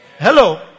Hello